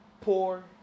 poor